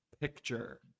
picture